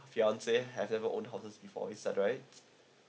fiance haven't own houses before is that right